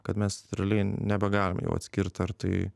kad mes realiai nebegalim jau atskirt ar tai